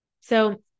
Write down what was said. So-